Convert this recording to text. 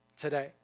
today